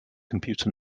computer